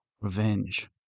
Revenge